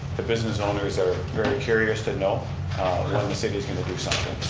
the business owners are very curious to know when the city's going to do something.